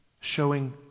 showing